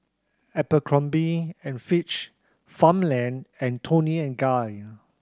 Abercrombie and Fitch Farmland and Toni and Guy